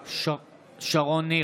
בעד שרון ניר,